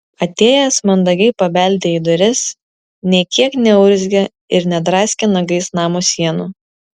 atėjęs mandagiai pabeldė į duris nė kiek neurzgė ir nedraskė nagais namo sienų